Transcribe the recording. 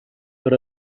per